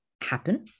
happen